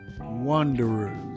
wanderers